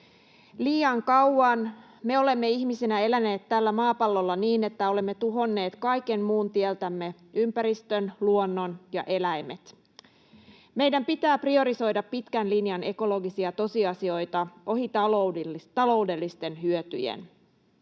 Liian kauan me olemme ihmisinä eläneet tällä maapallolla niin, että olemme tuhonneet kaiken muun tieltämme: ympäristön, luonnon ja eläimet. Meidän pitää priorisoida pitkän linjan ekologisia tosiasioita ohi taloudellisten hyötyjen.